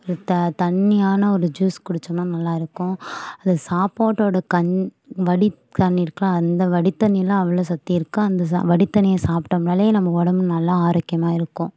ஒரு த தண்ணியான ஒரு ஜூஸ் குடித்தோம்னா நல்லா இருக்கும் அது சாப்பாட்டோடய கஞ்சி வடி தண்ணி இருக்கும்ல அந்த வடி தண்ணியில் அவ்ளவு சத்தி இருக்குது அந்த ச வடி தண்ணியை சாப்பிட்டோம்னாலே நம்ம உடம்பு நல்லா ஆரோக்கியமாக இருக்கும்